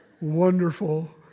wonderful